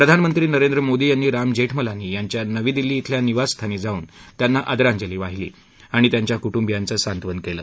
प्रधानंमत्री नरेंद्र मोदी यांनी राम जेठमलानी यांच्या नवी दिल्ली श्वेल्या निवास स्थानी जाऊन त्यांना आदरांजली वाहिली आणि त्यांच्या कुंटुबियांचं सात्वन केलं